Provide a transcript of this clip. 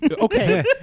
Okay